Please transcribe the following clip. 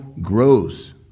grows